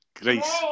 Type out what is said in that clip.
Grace